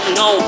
no